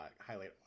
highlight